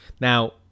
now